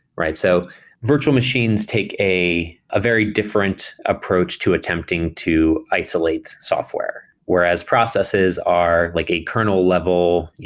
right? so virtual machines take a a very different approach to attempting to isolate software, whereas processes are like a kernel level,